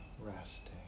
resting